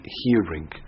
hearing